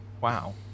wow